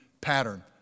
pattern